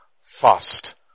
fast